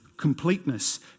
completeness